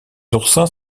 oursins